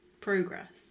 progress